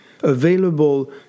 available